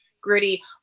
gritty